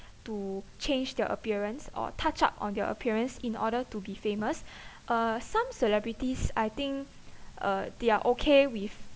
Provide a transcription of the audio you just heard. to change their appearance or touch up on their appearance in order to be famous uh some celebrities I think uh they are okay with